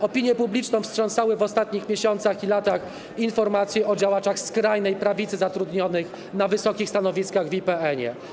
Opinią publiczną wstrząsały w ostatnich miesiącach i latach informacje o działaczach skrajnej prawicy zatrudnionych na wysokich stanowiskach w IPN-ie.